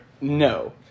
No